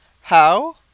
How